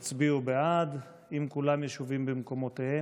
הסכם בין ממשלת מדינת ישראל לבין ממשלת הרפובליקה